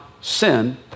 sin